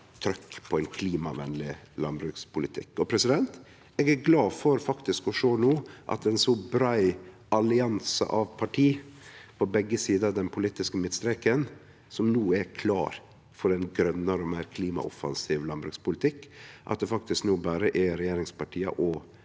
trykk på ein klimavenleg landbrukspolitikk. Eg er glad for å sjå at det er ein så brei allianse av parti på begge sider av den politiske midtstreken som no er klar for ein grønare og meir klimaoffensiv landbrukspolitikk, og at det faktisk berre er regjeringspartia og